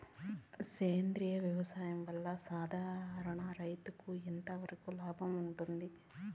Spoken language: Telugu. సేంద్రియ వ్యవసాయం వల్ల, సాధారణ రైతుకు ఎంతవరకు లాభంగా ఉంటుంది?